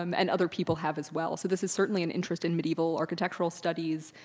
um and other people have as well. so this is certainly an interest in medieval architectural studies,